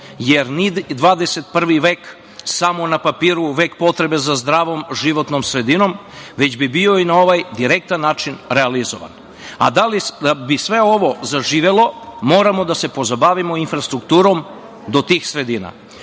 jer XXI vek samo na papiru, vek potrebe za zdravom životnom sredinom, već bi bio i na ovaj direktan način realizovan. Da bi sve ovo zaživelo, moramo da se pozabavimo i infrastrukturom do tih sredina.